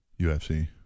UFC